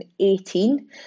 2018